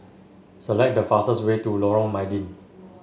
select the fastest way to Lorong Mydin